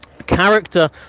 character